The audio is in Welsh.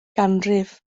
ganrif